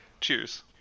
Cheers